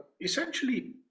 essentially